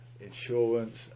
insurance